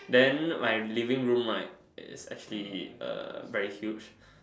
then my living room right it's actually uh very huge